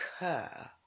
occur